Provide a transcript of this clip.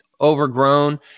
overgrown